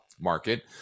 market